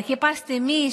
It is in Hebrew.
מוויכוחים,